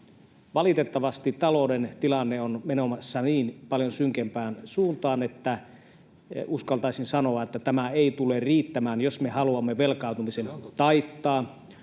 valitettavasti talouden tilanne on menossa niin paljon synkempään suuntaan, että uskaltaisin sanoa, että tämä ei tule riittämään, jos me haluamme velkaantumisen taittaa,